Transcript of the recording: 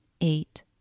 eight